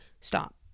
stop